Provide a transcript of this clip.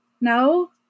No